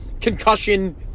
concussion